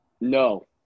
no